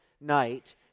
night